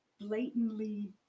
blatantly